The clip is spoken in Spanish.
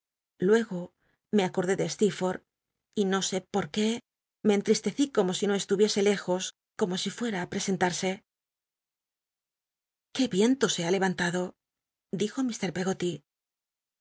luego me acordé de stccrforth y no sé por qué me cnllisteci como si no estuviese lejos como si fuera á presentarse qué viento se ha levantado dijo mr pcggoty